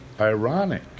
ironic